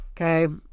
Okay